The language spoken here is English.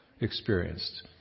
experienced